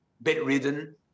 bedridden